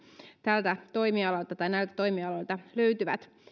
tältä toimialalta tai näiltä toimialoilta löytyvät